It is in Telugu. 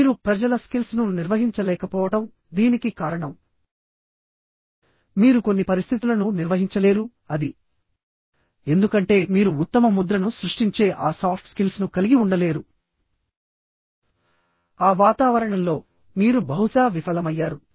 మీరు ప్రజల స్కిల్స్ ను నిర్వహించలేకపోవడం దీనికి కారణం మీరు కొన్ని పరిస్థితులను నిర్వహించలేరు అది ఎందుకంటే మీరు ఉత్తమ ముద్రను సృష్టించే ఆ సాఫ్ట్ స్కిల్స్ ను కలిగి ఉండలేరు ఆ వాతావరణంలో మీరు బహుశా విఫలమయ్యారు